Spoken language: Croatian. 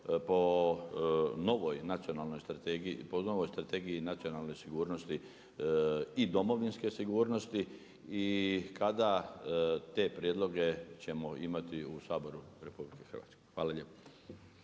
po novoj Strategiji nacionalne sigurnosti i domovinske sigurnosti i kada te prijedloge ćemo imati i u Saboru RH? Hvala lijepo.